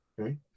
okay